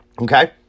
Okay